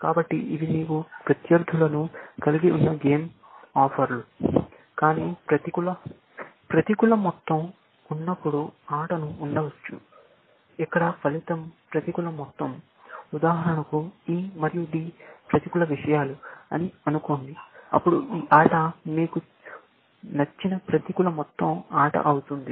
కాబట్టి ఇవి మీకు ప్రత్యర్థులను కలిగి ఉన్న గేమ్ ఆఫర్లు కానీ ప్రతికూల మొత్తం ఉన్నప్పుడు ఆటలు ఉండవచ్చు ఇక్కడ ఫలితం ప్రతికూల మొత్తం ఉదాహరణకు E మరియు D ప్రతికూల విషయాలు అని అనుకోండి అప్పుడు ఈ ఆట మీకు నచ్చని ప్రతికూల మొత్తం ఆట అవుతుంది